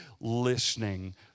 listening